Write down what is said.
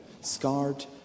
scarred